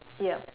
ya